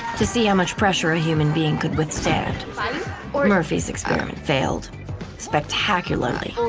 to see how much pressure a human being could withstand or murphy's experiment failed spectacularly.